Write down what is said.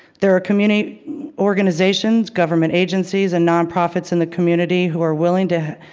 there are community organizations, government agencies, and non-profits in the community who are willing to,